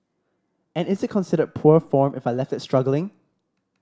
and is it considered poor form if I left it struggling